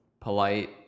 polite